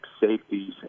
safeties